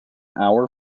hour